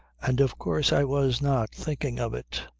and of course i was not thinking of it.